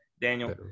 daniel